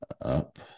up